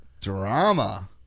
drama